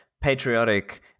patriotic